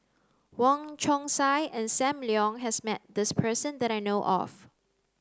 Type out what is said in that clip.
Wong Chong Sai and Sam Leong has met this person that I know of